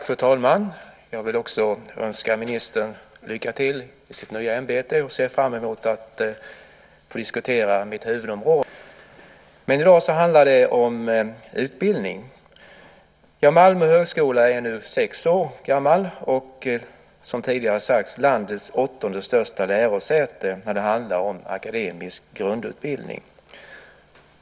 Fru talman! Jag vill också önska ministern lycka till i sitt nya ämbete, och jag ser fram emot att få diskutera mitt huvudområde - kultur. I dag handlar det om utbildning. Malmö högskola är nu sex år gammal och, som tidigare sagts, landets åttonde största lärosäte när det handlar om akademisk grundutbildning.